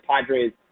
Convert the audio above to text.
Padres